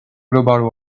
global